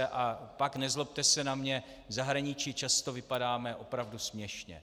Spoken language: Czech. A pak, nezlobte se na mě, v zahraničí často vypadáme opravdu směšně.